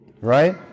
Right